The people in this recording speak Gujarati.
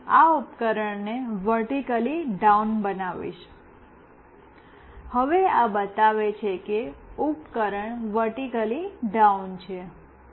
હવે હું આ ઉપકરણને વર્ટિક્લી ડાઉન બનાવીશ હવે આ બતાવે છે કે ઉપકરણો વર્ટિક્લી ડાઉન છે